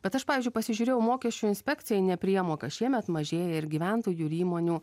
bet aš pavyzdžiui pasižiūrėjau mokesčių inspekcijai nepriemoka šiemet mažėja ir gyventojų ir įmonių